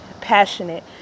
passionate